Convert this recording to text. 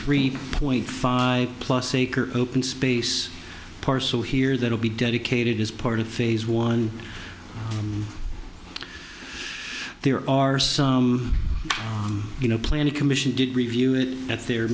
three point five plus acre open space parcel here that will be dedicated as part of phase one there are some you know planning commission did review it at their